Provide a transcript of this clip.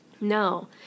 No